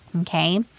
okay